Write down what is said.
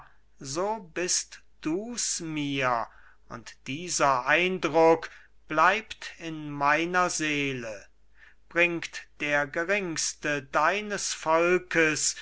so bist du's mir und dieser eindruck bleibt in meiner seele bringt der geringste deines volkes